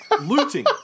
looting